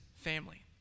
family